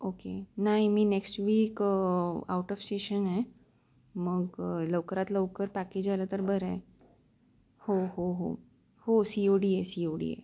okay नाही मी next week out of station आहे मग लवकरात लवकर पॅकेज आलं तर बरं आहे हो हो हो हो सी ओ डी आहे सी ओ डी आहे